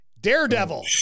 Daredevil